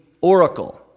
oracle